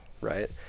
right